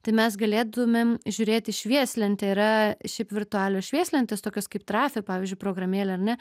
tai mes galėtumėm žiūrėti švieslentė yra šiaip virtualios švieslentės tokios kaip trafi pavyzdžiui programėlė ar ne